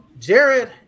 Jared